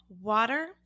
water